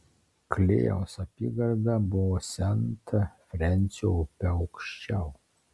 klėjaus apygarda buvo sent frensio upe aukščiau